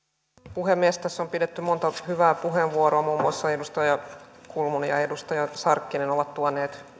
puhemies tässä on pidetty monta hyvää puheenvuoroa muun muassa edustaja kulmuni ja edustaja sarkkinen ovat tuoneet